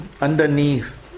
underneath